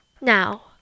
Now